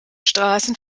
straßen